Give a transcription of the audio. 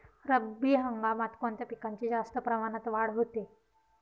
रब्बी हंगामात कोणत्या पिकांची जास्त प्रमाणात वाढ होते?